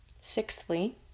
Sixthly